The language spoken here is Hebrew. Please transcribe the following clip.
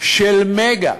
של "מגה"